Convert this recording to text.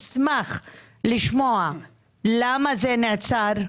נשמח לשמוע למה זה נעצר,